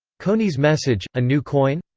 kony's message a new koine?